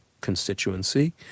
constituency